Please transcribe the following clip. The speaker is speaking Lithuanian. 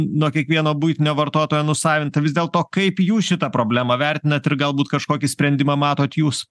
nuo kiekvieno buitinio vartotojo nusavinta vis dėl to kaip jūs šitą problemą vertinat ir galbūt kažkokį sprendimą matot jūs